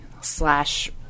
slash